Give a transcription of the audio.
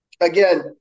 again